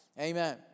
Amen